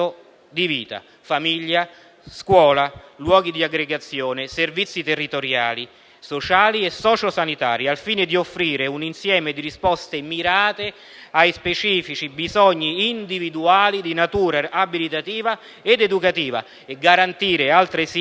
di vita (famiglia, scuola, luoghi di aggregazione, servizi territoriali sociali e sociosanitari) al fine di offrire un insieme di risposte mirate agli specifici bisogni di natura abilitativa e educativa e garantire altresì